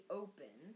open